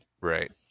Right